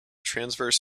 transverse